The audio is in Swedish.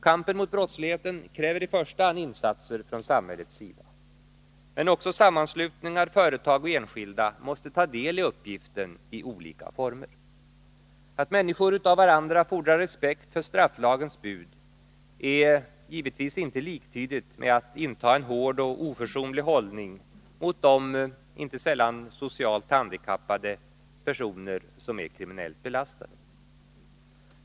Kampen mot brottsligheten kräver i första hand insatser från samhällets sida. Men också sammanslutningar, företag och enskilda måste ta del i uppgiften i olika former. Att människor av varandra fordrar respekt för strafflagens bud är givetvis inte liktydigt med att inta en hård och oförsonlig hållning mot de — inte sällan socialt handikappade — personer som är kriminellt belastade.